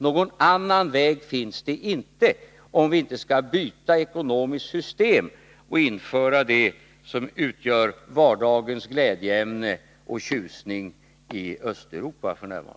Någon annan väg finns inte, om vi inte skall byta ekonomiskt system och införa det som f.n. utgör vardagens glädjeämne och tjusning i Östeuropa.